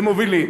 למובילים,